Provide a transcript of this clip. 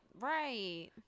Right